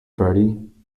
bertie